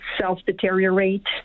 self-deteriorate